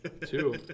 Two